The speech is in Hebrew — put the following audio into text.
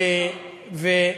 וגבולות.